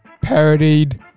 parodied